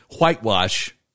whitewash